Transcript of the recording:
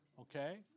Okay